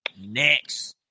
next